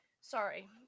sorry